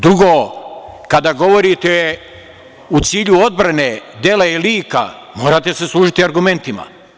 Drugo, kada govorite u cilju odbrane dela i lika, morate se služiti argumentima.